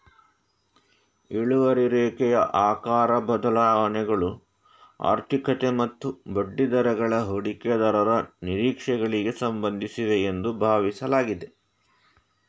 ಇಳುವರಿ ರೇಖೆಯ ಆಕಾರ ಬದಲಾವಣೆಗಳು ಆರ್ಥಿಕತೆ ಮತ್ತು ಬಡ್ಡಿದರಗಳ ಹೂಡಿಕೆದಾರರ ನಿರೀಕ್ಷೆಗಳಿಗೆ ಸಂಬಂಧಿಸಿವೆ ಎಂದು ಭಾವಿಸಲಾಗಿದೆ